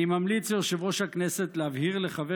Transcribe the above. אני ממליץ ליושב-ראש הכנסת להבהיר לחבר